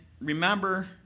remember